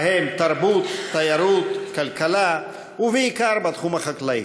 ובהם תרבות, תיירות וכלכלה, ובעיקר בתחום החקלאי.